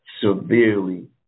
severely